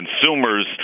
consumers